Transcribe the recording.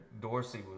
Dorsey